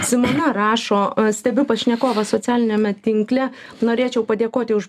simona rašo stebiu pašnekovą socialiniame tinkle norėčiau padėkoti už